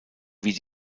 wie